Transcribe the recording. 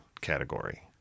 category